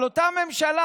אבל אותה ממשלה